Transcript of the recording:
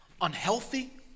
unhealthy